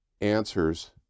answers